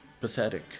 pathetic